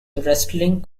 wrestling